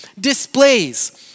displays